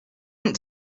want